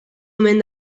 omen